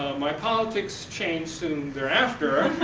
my politics changed soon thereafter,